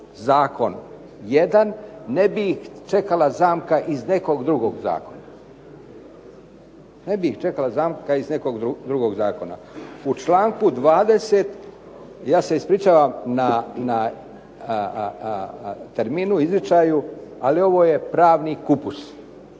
sigurnost, pa kad građani uđu u zakon jedan ne bi ih čekala zamka iz nekog drugog zakona. U čl. 20., ja se ispričavam na terminu, izričaju, ali ovo je pravni kupus,